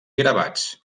gravats